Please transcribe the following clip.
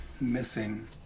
missing